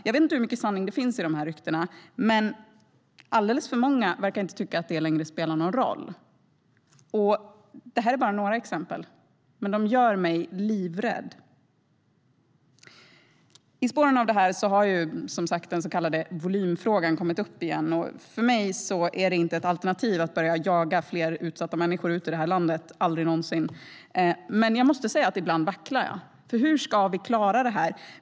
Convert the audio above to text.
Jag vet inte hur mycket sanning det finns i de här ryktena, men alldeles för många verkar tycka att det inte längre spelar någon roll. Det här är bara några exempel, men de gör mig livrädd. I spåren av det här har som sagt den så kallade volymfrågan kommit upp igen. För mig är det inte ett alternativ att börja jaga fler utsatta människor ut ur det här landet - aldrig någonsin. Men jag måste säga att jag ibland vacklar. För hur ska vi klara det här?